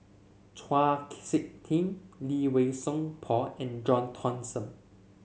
Chau SiK Ting Lee Wei Song Paul and John Thomson